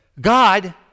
God